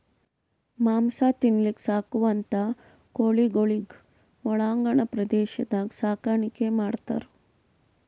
ಮಾಂಸ ತಿನಲಕ್ಕ್ ಸಾಕುವಂಥಾ ಕೋಳಿಗೊಳಿಗ್ ಒಳಾಂಗಣ ಪ್ರದೇಶದಾಗ್ ಸಾಕಾಣಿಕೆ ಮಾಡ್ತಾರ್